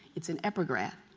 it's an epigraph.